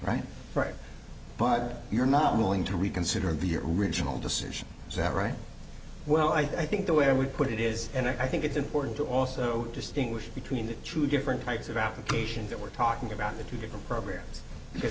right right but you're not willing to reconsider the original decision is that right well i think the way i would put it is and i think it's important to also distinguish between the true different types of applications that we're talking about the two different programs because